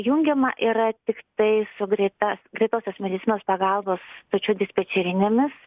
ar jungiama yra tiktai su greita greitosios medicinos pagalbos stočių dispečerinėmis